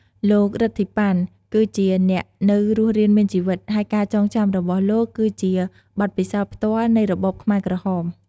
លោក រិទ្ធី ប៉ាន់ គឺជាអ្នកនៅរស់រានមានជីវិត ហើយការចងចាំរបស់លោកគឺជាបទពិសោធន៍ផ្ទាល់នៃរបបខ្មែរក្រហម។